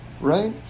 right